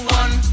one